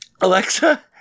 Alexa